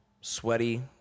sweaty